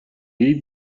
libre